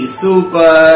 super